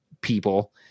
people